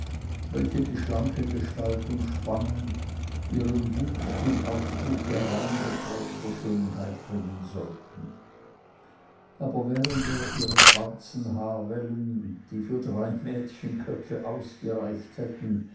welche die schlanke gestalt umspannen ihren wuchs zum ausdrucke rein geprägter schönheit bringen sollten aber während er ihre schwarzen haarwellen die für drei mädchenköpfe ausgereicht hätten